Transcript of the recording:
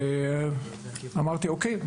אמרתי אוקיי,